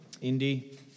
Indy